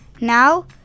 Now